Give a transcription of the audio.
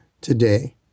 today